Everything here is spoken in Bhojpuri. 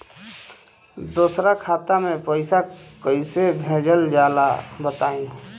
दोसरा खाता में पईसा कइसे भेजल जाला बताई?